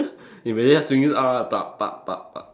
if you just swing this out ah